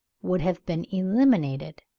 would have been eliminated.